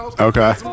Okay